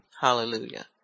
Hallelujah